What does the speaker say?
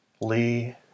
Lee